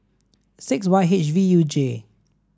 six Y H V U J